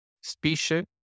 species